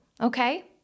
Okay